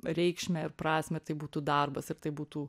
reikšmę ir prasmę tai būtų darbas ir tai būtų